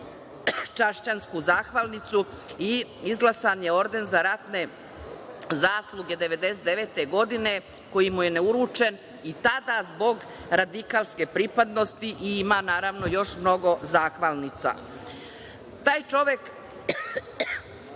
hodočašćansku zahvalnicu i izglasan je za orden za ratne zasluge 1999. godine koji mu je ne uručen i tada zbog radikalske pripadnosti. Ima, naravno, još mnogo zahvalnica. Taj čovek